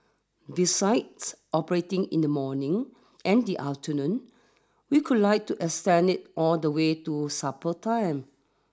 besides operating in the morning and the afternoon we could like to extend it all the way to supper time